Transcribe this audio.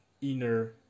inner